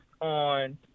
on